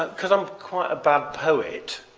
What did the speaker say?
but because i'm quite a bad poet